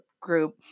group